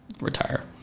retire